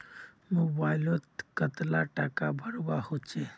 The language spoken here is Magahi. मोबाईल लोत कतला टाका भरवा होचे?